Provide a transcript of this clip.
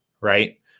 Right